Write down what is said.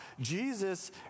Jesus